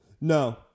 no